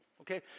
Okay